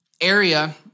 area